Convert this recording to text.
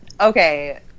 okay